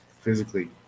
physically